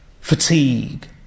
fatigue